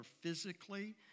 physically